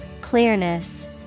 Clearness